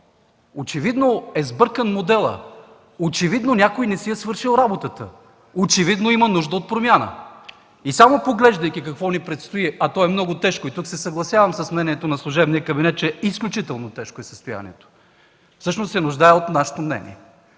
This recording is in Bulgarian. Очевидно е сбъркан моделът. Очевидно някой не си е свършил работата. Очевидно има нужда от промяна. И само поглеждайки какво ни предстои, а то е много тежко, и тук се съгласявам с мнението на служебния кабинет, че състоянието е изключително тежко, всъщност се нуждае от нашето мнение,